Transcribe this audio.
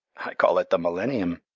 i call it the millennium!